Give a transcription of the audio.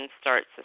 starts